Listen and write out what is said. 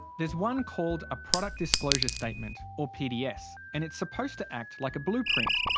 there's one called a product disclosure statement, or pds and it's supposed to act like a blueprint,